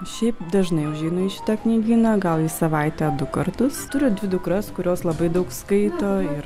šiaip dažnai užeinu į šitą knygyną gal į savaitę du kartus turiu dvi dukras kurios labai daug skaito ir